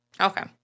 Okay